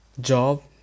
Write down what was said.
Job